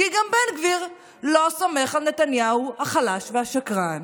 כי גם בן גביר לא סומך על נתניהו החלש והשקרן